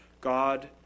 God